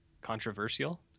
controversial